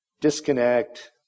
Disconnect